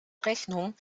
rechnungen